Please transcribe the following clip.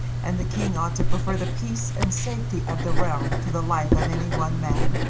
and the king ought to prefer the peace and safety of the realm to the life of any one man,